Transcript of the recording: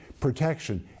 protection